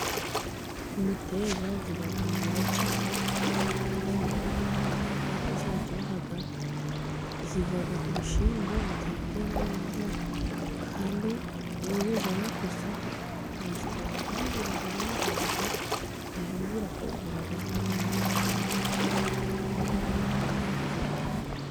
Imiteja zibamyiza cyane, kandi abantu barazikunda, kuberako ziraryoha ziva ku bishimbo bitari byera neza, kandi iyo uzijanye ku isoko barazigura, kandi ziba zinahenze, rero zirakungura zikaguha amafaranga menshi kuko abantu bakunda kuzihaha.